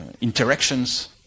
interactions